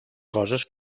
coses